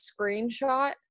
screenshot